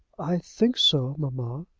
i think so, mamma.